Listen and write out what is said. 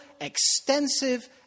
extensive